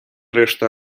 решта